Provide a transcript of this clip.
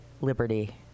liberty